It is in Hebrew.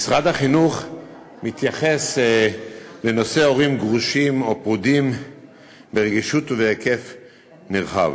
משרד החינוך מתייחס לנושא הורים גרושים או פרודים ברגישות ובהיקף נרחב.